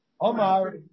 Omar